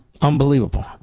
Unbelievable